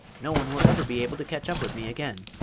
no one will ever be able to catch up with me again.